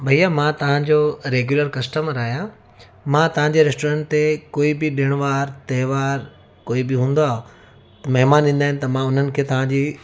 भईया मां तव्हांजो रेगुलर कस्टमर आहियां मां तव्हांजे रैस्टोरेंट ते कोई बि ॾिणुवारु त्योहारु कोई बि हूंदो आहे महिमान ईंदा आहिनि त मां हुननि खे तव्हां जी